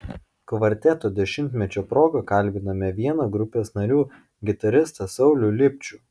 kvarteto dešimtmečio proga kalbiname vieną grupės narių gitaristą saulių lipčių